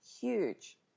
huge